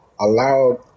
allowed